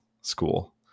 school